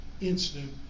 incident